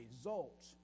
results